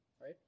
Right